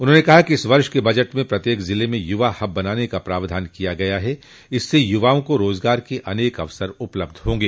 उन्होंने कहा कि इस वर्ष के बजट में प्रत्येक जिले में युवा हब बनाने का प्रावधान किया गया है इससे युवाओं को रोजगार के अनेक अवसर उपलब्ध होंगे